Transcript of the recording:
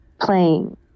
playing